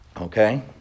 Okay